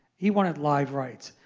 he wanted live rights.